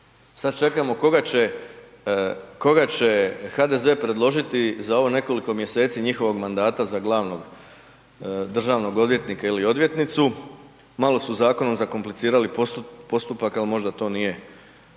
Sad čekamo koga će HDZ predložiti za ovo nekoliko mjeseci njihovog mandata za glavnog državnog odvjetnika ili odvjetnicu. Malo su zakonom zakomplicirali postupak, ali možda to nije